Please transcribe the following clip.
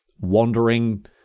wandering